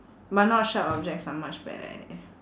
but not sharp objects I'm much better at it